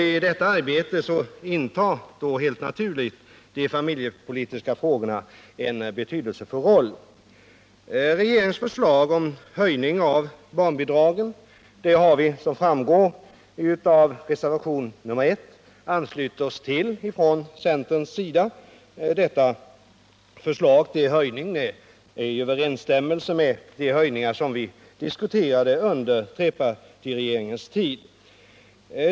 I detta arbete intar helt naturligt de familjepolitiska frågorna en betydelsefull roll. Som framgår av reservationen 1 har vi anslutit oss till regeringens förslag om höjning av barnbidragen. Det förslag som nu framlagts står i överensstämmelse med de höjningar som vi diskuterade under trepartiregeringens tid.